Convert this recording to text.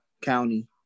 county